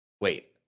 wait